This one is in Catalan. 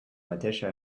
mateixa